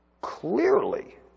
clearly